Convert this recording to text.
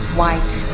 white